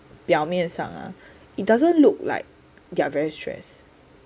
表面上啊 it doesn't look like they are very stressed